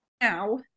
Now